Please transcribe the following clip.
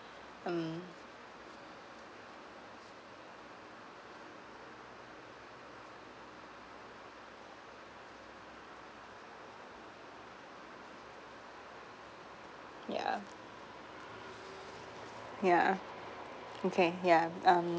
um yeah yeah okay yeah um